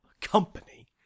company